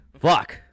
Fuck